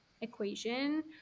equation